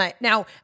Now